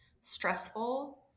stressful